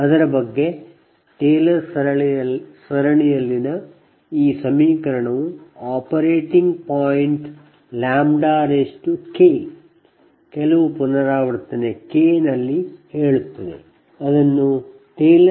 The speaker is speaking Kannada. K ಟೇಲರ್ ಸರಣಿಯ ಈ ಸಮೀಕರಣವು ಆಪರೇಟಿಂಗ್ ಪಾಯಿಂಟ್ K ಯ K ಬಗ್ಗೆ ಇರುತ್ತದೆ